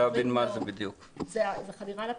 זאת חדירה לפרטיות.